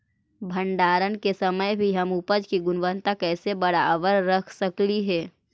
भंडारण के समय भी हम उपज की गुणवत्ता कैसे बरकरार रख सकली हे?